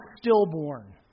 stillborn